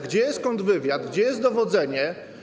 Gdzie jest kontrwywiad, gdzie jest dowodzenie?